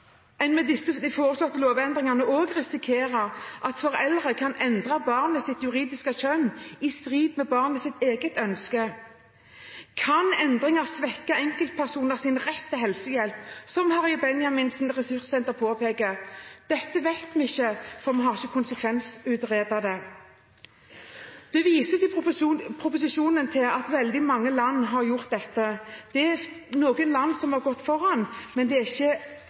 en med de foreslåtte lovendringene også risikere at foreldre kan endre barnets juridiske kjønn, i strid med barnets eget ønske? Kan endringene svekke enkeltpersoners rett til helsehjelp, slik Harry Benjamin Ressurssenter påpeker? Dette vet vi ikke, for vi har ikke konsekvensutredet det. Det vises i proposisjonen til at veldig mange land har gjort dette. Det er noen land som har gått foran, men det er ikke